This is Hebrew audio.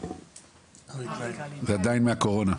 זה עדיין מהקורונה.